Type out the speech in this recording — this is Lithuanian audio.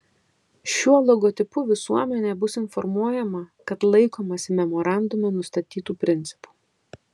šiuo logotipu visuomenė bus informuojama kad laikomasi memorandume nustatytų principų